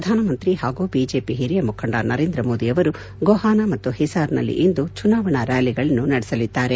ಪ್ರಧಾನಮಂತ್ರಿ ಹಾಗೂ ಬಿಜೆಪಿ ಹಿರಿಯ ಮುಖಂಡ ನರೇಂದ್ರ ಮೋದಿಯವರು ಗೊಹಾನಾ ಮತ್ತು ಹಿಸಾರ್ನಲ್ಲಿಂದು ಚುನಾವಣಾ ರ್ಯಾಲಿಗಳನ್ನು ನಡೆಸಲಿದ್ದಾರೆ